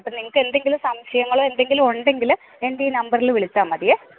അപ്പം നിങ്ങൾക്ക് എന്തെങ്കിലും സംശയങ്ങളോ എന്തെങ്കിലും ഉണ്ടെങ്കിൽ എൻ്റെ ഈ നമ്പറിൽ വിളിച്ചാൽ മതിയേ